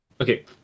Okay